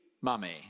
mummy